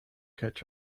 catch